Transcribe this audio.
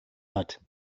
hat